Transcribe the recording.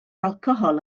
alcohol